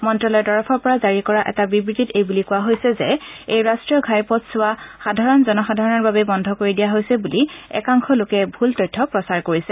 মন্ত্ৰ্যালয়ৰ তৰফৰ পৰা জাৰি কৰা এটা বিব্তিত এইবুলি কোৱা হৈছে যে এই ৰাষ্টীয় ঘাইপথছোৱা সাধাৰণ জনসাধাৰণৰ বাবে বন্ধ কৰি দিয়া হৈছে বুলি একাংশ লোকে ভুল তথ্য প্ৰচাৰ কৰিছে